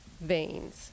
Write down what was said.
veins